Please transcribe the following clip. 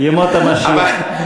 ימות המשיח.